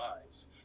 lives